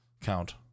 count